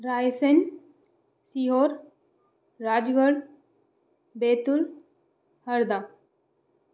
Raisen Sehore Rajgarh Betul Harda